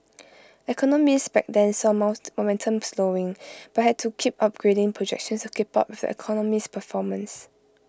economists back then saw momentum slowing but had to keep upgrading projections to keep up with the economy's performance